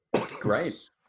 Great